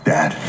Dad